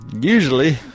Usually